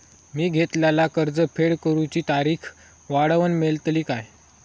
मी घेतलाला कर्ज फेड करूची तारिक वाढवन मेलतली काय?